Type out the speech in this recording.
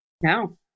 no